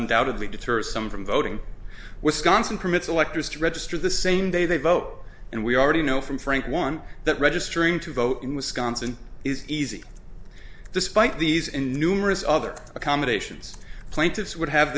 undoubtedly deters some from voting wisconsin permits electors to register the same day they vote and we already know from frank one that registering to vote in wisconsin is easy despite these and numerous other accommodations plaintiffs would have